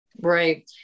Right